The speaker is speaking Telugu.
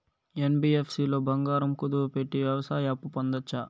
యన్.బి.యఫ్.సి లో బంగారం కుదువు పెట్టి వ్యవసాయ అప్పు పొందొచ్చా?